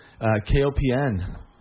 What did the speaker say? KOPN